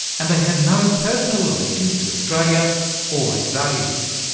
and they had no personal allegiance to australia or its values.